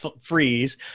freeze